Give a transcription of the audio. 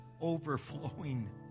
overflowing